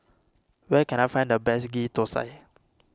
where can I find the best Ghee Thosai